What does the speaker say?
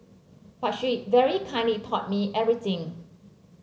but she very kindly taught me everything